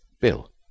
Bill